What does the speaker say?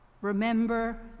remember